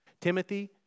Timothy